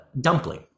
dumpling